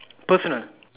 personal